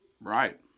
right